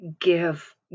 Give